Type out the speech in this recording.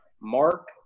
Mark